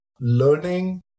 learning